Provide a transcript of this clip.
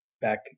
back